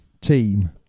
team